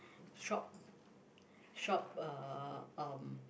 shop shop uh um